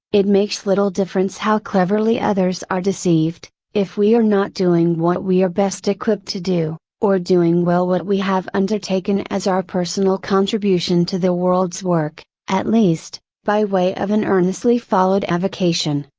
it makes little difference how cleverly others are deceived, if we are not doing what we are best equipped to do, or doing well what we have undertaken as our personal contribution to the world's work, at least, by way of an earnestly followed avocation,